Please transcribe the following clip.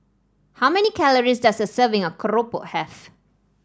how many calories does a serving of Keropok have